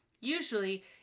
Usually